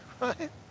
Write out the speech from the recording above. right